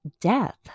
death